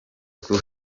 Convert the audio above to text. kuko